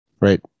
right